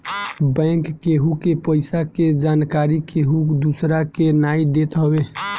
bank केहु के पईसा के जानकरी केहू दूसरा के नाई देत हवे